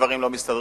הדברים לא מסתדרים,